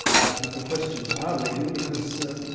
i think the questions are leading because